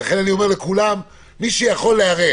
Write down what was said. ולכן אני אומר לכולם: מי שיכול להיערך,